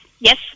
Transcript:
Yes